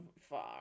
far